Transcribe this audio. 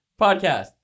Podcast